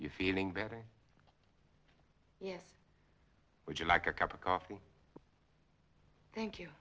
you feeling better yes would you like a cup of coffee thank you